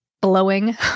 blowing